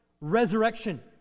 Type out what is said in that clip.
resurrection